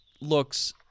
looks